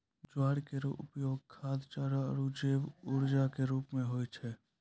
ज्वार केरो उपयोग खाद्य, चारा आरु जैव ऊर्जा क रूप म होय छै